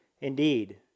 Indeed